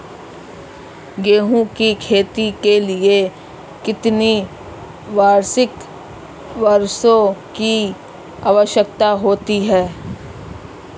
गेहूँ की खेती के लिए कितनी वार्षिक वर्षा की आवश्यकता होती है?